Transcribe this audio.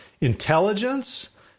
intelligence